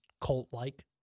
cult-like